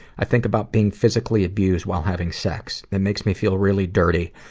i think about being physically abused while having sex. it makes me feel really dirty,